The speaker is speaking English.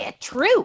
true